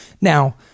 Now